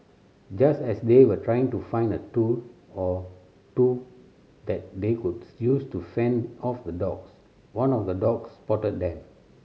just as they were trying to find a tool or two that they could use to fend off the dogs one of the dogs spotted them